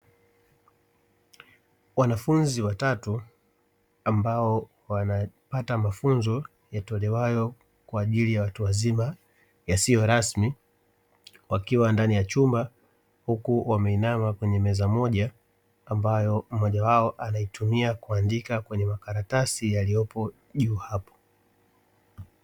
Wanafunzi watatu ambao wanapata mafunzo yatolewayo kwaajili ya watu wazima yasiyo rasmi, wakiwa ndani ya chumba huku wameinama kwenye meza moja ambayo mmoja wao anaitumia kuandika kwenye makaratasi yaliyopo juu hapo.